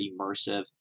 immersive